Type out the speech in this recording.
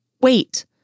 wait